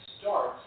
starts